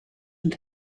and